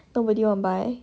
nobody want buy